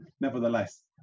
nevertheless